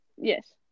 Yes